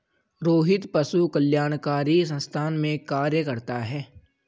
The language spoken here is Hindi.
रोहित पशु कल्याणकारी संस्थान में कार्य करता है